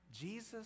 Jesus